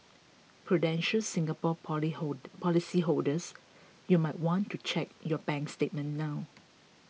prudential Singapore poly policyholders you might want to check your bank statement now